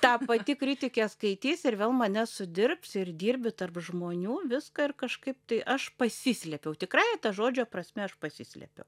ta pati kritikė skaitys ir vėl mane sudirbs ir dirbi tarp žmonių viską ir kažkaip tai aš pasislėpiau tikrąja ta žodžio prasme aš pasislėpiau